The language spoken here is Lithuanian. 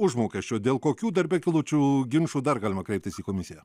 užmokesčio dėl kokių darbe kilusių ginčų dar galima kreiptis į komisiją